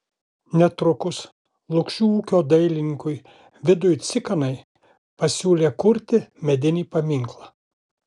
netrukus lukšių ūkio dailininkui vidui cikanai pasiūlė kurti medinį paminklą